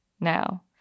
now